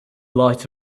light